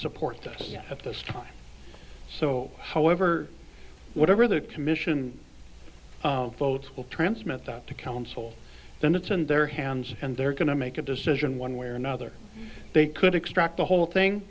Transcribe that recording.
support this at this time so however whatever the commission votes will transmit that to council then it's in their hands and they're going to make a decision one way or another they could extract the whole thing